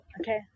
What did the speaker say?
Okay